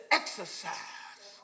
exercise